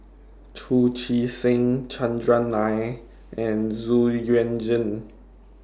Chu Chee Seng Chandran Nair and Zu Yuan Zhen